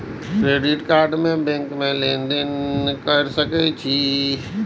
Credit card से bank में लेन देन कर सके छीये?